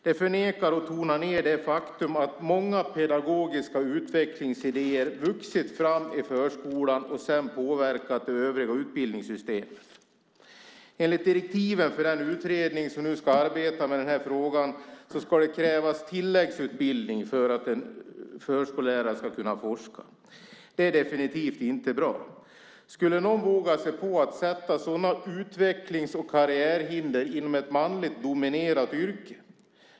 Det förnekar och tonar ned det faktum att många pedagogiska utvecklingsidéer vuxit fram i förskolan och sedan påverkat det övriga utbildningssystemet. Enligt direktiven för den utredning som nu ska arbeta med den här frågan ska det krävas tilläggsutbildning för att en förskollärare ska kunna forska. Det är definitivt inte bra. Skulle någon våga sig på att sätta upp sådana utvecklings och karriärhinder inom ett manligt dominerat yrke?